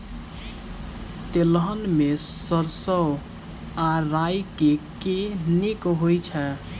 तेलहन मे सैरसो आ राई मे केँ नीक होइ छै?